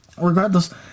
Regardless